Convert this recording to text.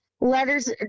letters